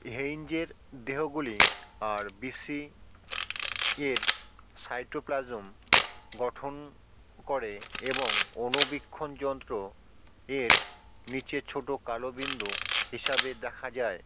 হেইঞ্জের দেহগুলি R B C এর cytoplasm গঠন করে এবং অনুবীক্ষণ যন্ত্র এর নিচে ছোটো কালো বিন্দু হিসাবে দেখা যায়